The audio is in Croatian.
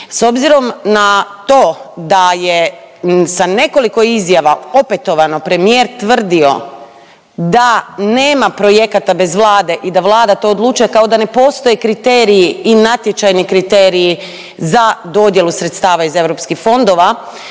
S obzirom na to da je sa nekoliko izjava opetovano premijer tvrdio da nema projekata bez Vlade i da Vlada to odlučuje kao da ne postoje kriteriji i natječajni kriteriji za dodjelu sredstava iz EU fondova,